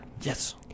Yes